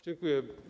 Dziękuję.